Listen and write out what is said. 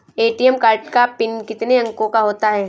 ATM card का PIN कितने अंकों का होता है?